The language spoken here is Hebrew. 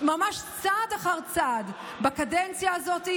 ממש צעד אחר צעד בקדנציה הזאת,